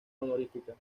honorífica